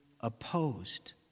opposed